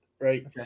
right